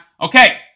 Okay